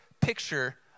picture